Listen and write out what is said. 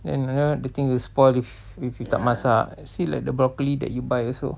and err the thing will spoil if you tak masak see like the broccoli that you buy also